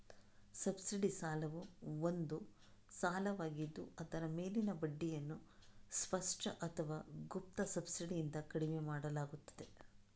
subsidy ಸಾಲವು ಒಂದು ಸಾಲವಾಗಿದ್ದು ಅದರ ಮೇಲಿನ ಬಡ್ಡಿಯನ್ನು ಸ್ಪಷ್ಟ ಅಥವಾ ಗುಪ್ತ ಸಬ್ಸಿಡಿಯಿಂದ ಕಡಿಮೆ ಮಾಡಲಾಗುತ್ತದೆ